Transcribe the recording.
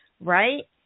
right